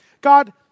God